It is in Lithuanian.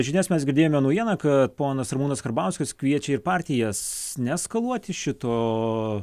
žinias mes girdėjome naujieną kad ponas ramūnas karbauskis kviečia ir partijas neeskaluoti šito